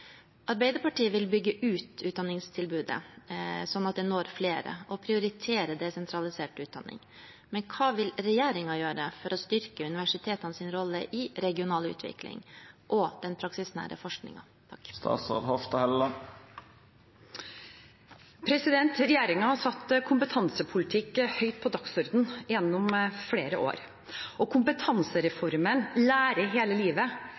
Arbeiderpartiet vil bygge ut utdanningssystemet og prioritere desentralisert utdanning. Men hva vil regjeringa gjøre for å styrke universitetenes rolle i regional utvikling og den praksisnære forskninga?» Regjeringen har satt kompetansepolitikk høyt på dagsordenen gjennom flere år. Kompetansereformen, Lære hele livet,